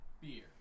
beer